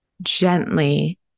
gently